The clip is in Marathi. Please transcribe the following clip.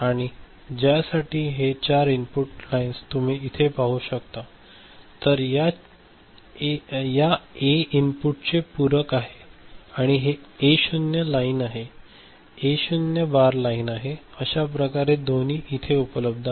आणि ज्यासाठी हे 4 इनपुट लाईन तुम्ही इथे पाहू शकता आणि तर या ए इनपुटचे हे पूरक आहे आणि एक शून्य लाईन आहे ए शून्य बार लाइन आहे अश्या दोन्ही इथे उपलब्ध आहेत